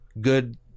good